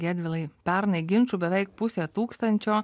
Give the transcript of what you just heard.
gedvilai pernai ginčų beveik pusė tūkstančio